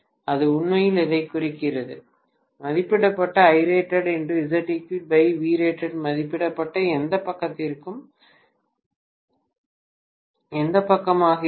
இது உண்மையில் இதைக் குறிக்கிறது மதிப்பிடப்பட்ட மதிப்பிடப்பட்ட எந்தப் பக்கத்திற்கும் எந்தப் பக்கமாக இருந்தாலும் அது 0